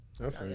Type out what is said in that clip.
Okay